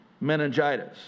meningitis